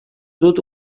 dut